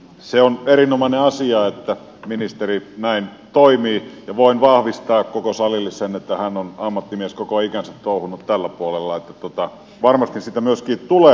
se on erinomainen asia että ministeri näin toimii ja voin vahvistaa koko salille sen että hän on ammattimies koko ikänsä touhunnut tällä puolella niin että varmasti siitä myöskin tulee jotain